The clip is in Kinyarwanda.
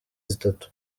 zitatu